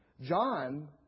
John